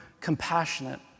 compassionate